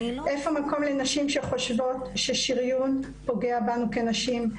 איפה מקום לנשים שחושבות ששריון פוגע בנו כנשים,